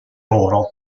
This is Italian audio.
oro